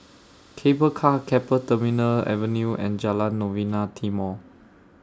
Cable Car Keppel Terminal Avenue and Jalan Novena Timor